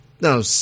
No